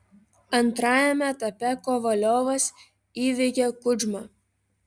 antrajame etape kovaliovas įveikė kudžmą